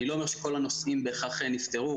אני לא אומר שכל הנושאים בהכרח נפתרו,